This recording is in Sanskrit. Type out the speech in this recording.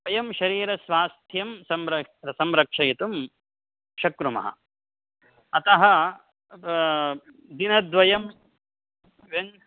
वयं शरीरस्वास्थ्यं संर संरक्षयितुं शक्नुमः अतः दिनद्वयं वयं